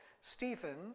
Stephen